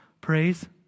praise